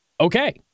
okay